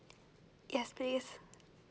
yes please